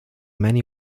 many